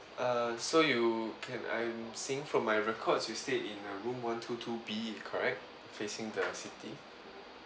err so you can I'm seeing from my records you stay in uh room one two two B correct facing the city